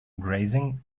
grazing